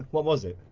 what was it?